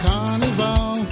Carnival